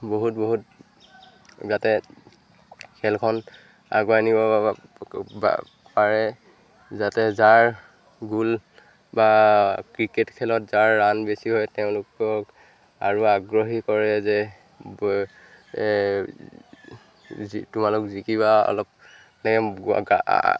বহুত বহুত যাতে খেলখন আগুৱাই নিব পাৰে যাতে যাৰ গোল বা ক্ৰিকেট খেলত যাৰ ৰাণ বেছি হয় তেওঁলোকক আৰু আগ্ৰহী কৰে যে তোমালোক জিকিবা অলপ